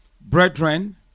brethren